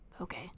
Okay